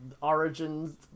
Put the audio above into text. origins